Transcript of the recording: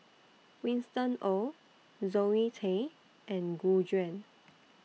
Winston Oh Zoe Tay and Gu Juan